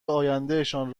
آیندهشان